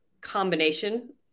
combination